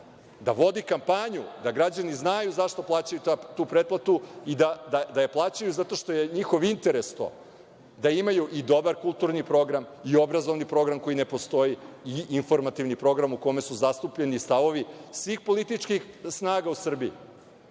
da vodi kampanju da građani znaju zašto plaćaju tu pretplatu i da je plaćaju zato što je njihov interes to da imaju i dobar kulturni program i obrazovni program koji postoji i informativni program u kome su zastupljeni stavovi svih političkih snaga u Srbiji,